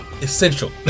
Essential